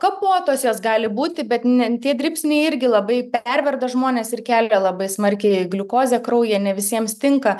kapotos jos gali būti bet ne tie dribsniai irgi labai perverda žmonės ir kelia labai smarkiai gliukozę kraujyje ne visiems tinka